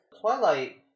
Twilight